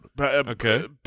Okay